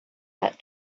that